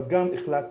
אבל גם החלטנו